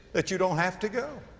that you don't have to go.